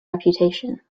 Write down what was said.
reputation